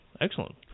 Excellent